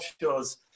shows